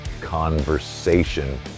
conversation